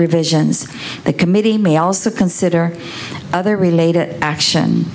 revisions the committee may also consider other related action